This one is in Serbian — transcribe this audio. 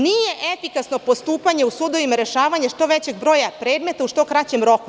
Nije efikasno postupanje u sudovima rešavanje što većeg broja predmeta u što kraćem roku.